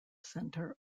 centre